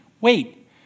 Wait